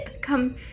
come